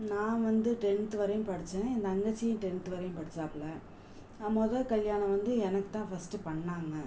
நான் வந்து டென்த்து வரையும் படிச்சேன் என் தங்கச்சியும் டென்த்து வரையும் படிச்சாப்புல முத கல்யாணம் வந்து எனக்கு தான் ஃபஸ்ட்டு பண்ணாங்கள்